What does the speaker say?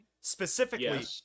specifically